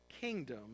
kingdom